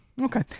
Okay